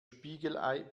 spiegelei